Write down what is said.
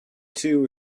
two